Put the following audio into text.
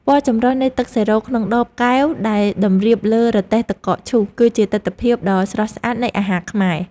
ពណ៌ចម្រុះនៃទឹកសេរ៉ូក្នុងដបកែវដែលតម្រៀបលើរទេះទឹកកកឈូសគឺជាទិដ្ឋភាពដ៏ស្រស់ស្អាតនៃអាហារខ្មែរ។